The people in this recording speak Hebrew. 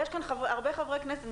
יש כאן הרבה חברי כנסת,